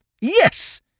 Yes